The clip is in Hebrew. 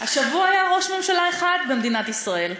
השבוע היה ראש ממשלה אחד במדינת ישראל,